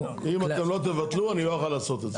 אם אתם לא תבטלו אני לא אוכל לעשות את זה.